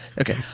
okay